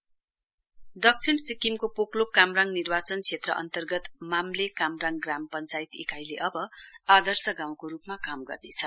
model village दक्षिण सिक्किमको पोकलोक कामराङ निर्वाचन क्षेत्र अन्तर्गत मामले कामराङ ग्राम पञ्चायत इकाइले आदर्श गाउँको रूपमा काम गर्नेछ